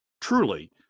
truly